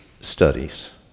studies